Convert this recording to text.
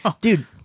Dude